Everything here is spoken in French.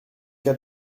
cas